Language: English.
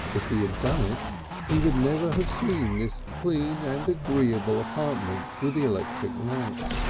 if he had done it he would never have seen this clean and agreeable apartment with the electric light.